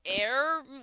Air